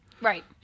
Right